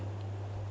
all the way back